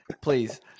please